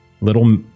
little